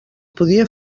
podia